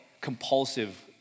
compulsive